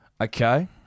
Okay